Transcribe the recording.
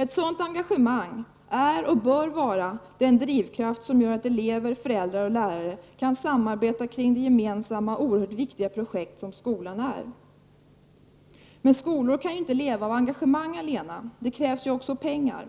Ett sådant engagemang är och bör vara den drivkraft som gör att elever, föräldrar och lärare kan samarbeta kring det gemensamma och oerhört viktiga projekt som skolan är. Men skolor kan ju inte leva av engagemang allena, det krävs ju också pengar.